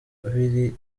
biri